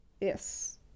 yes